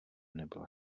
nebyla